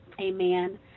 amen